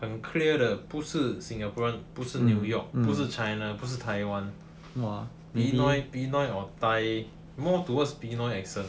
很 clear 的不是 singaporean 不是 New York 不是 China 不是 Taiwan pinoy pinoy or Thai more towards pinoy accent